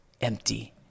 empty